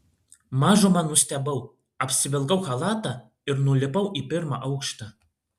mažumą nustebau apsivilkau chalatą ir nulipau į pirmą aukštą